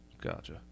Gotcha